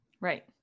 right